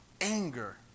anger